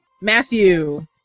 Matthew